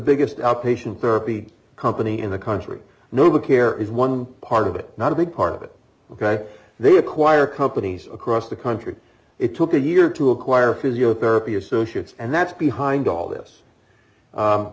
biggest outpatient therapy company in the country noble care is one part of it not a big part of it ok they acquire companies across the country it took a year to acquire physiotherapy associates and that's behind all this